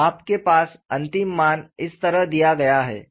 तो आपके पास अंतिम मान इस तरह दिया गया है